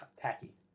tacky